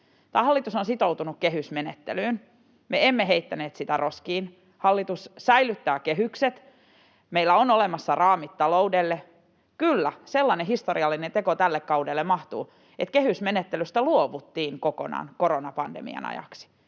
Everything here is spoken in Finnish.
Tämä hallitus on sitoutunut kehysmenettelyyn, me emme heittäneet sitä roskiin. Hallitus säilyttää kehykset, meillä on olemassa raamit taloudelle. Kyllä, sellainen historiallinen teko tälle kaudelle mahtuu, että kehysmenettelystä luovuttiin kokonaan koronapandemian ajaksi,